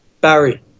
Barry